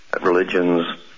religions